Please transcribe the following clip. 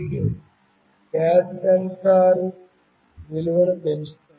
read gas sensor విలువను చదువుతుంది